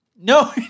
No